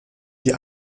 die